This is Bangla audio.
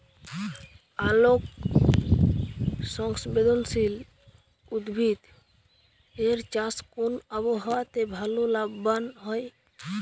আলোক সংবেদশীল উদ্ভিদ এর চাষ কোন আবহাওয়াতে ভাল লাভবান হয়?